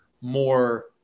more